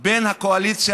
בין הקואליציה,